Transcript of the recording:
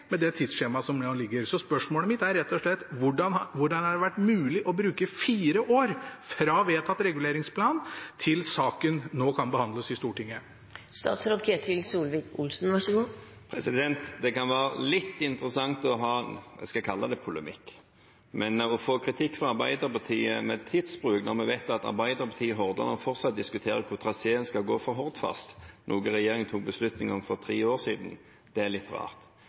med det tidsskjemaet som foreligger. Så spørsmålet mitt er rett og slett: Hvordan har det vært mulig å bruke fire år fra vedtatt reguleringsplan til saken nå kan behandles i Stortinget? Det kan være litt interessant å ha det jeg vil kalle polemikk. Men å få kritikk fra Arbeiderpartiet for tidsbruk når vi vet at Arbeiderpartiet i Hordaland fortsatt diskuterer hvor traseen skal gå for Hordfast – noe som regjeringen tok beslutning om for tre år siden – er litt rart.